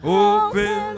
open